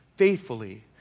faithfully